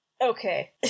Okay